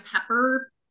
pepper